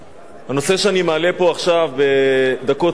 הנושא שאני מעלה פה עכשיו, בדקות אלה,